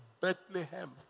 Bethlehem